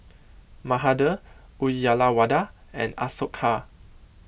Mahade Uyyalawada and Ashoka